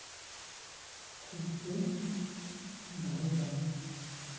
ᱠᱷᱩᱵᱜᱮ ᱵᱷᱟᱹᱞᱤᱜᱼᱟ